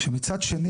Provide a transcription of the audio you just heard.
כשמצד שני,